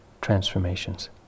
transformations